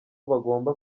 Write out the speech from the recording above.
bagomba